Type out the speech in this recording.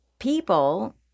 People